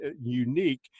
unique